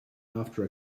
after